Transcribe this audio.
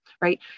right